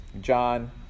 John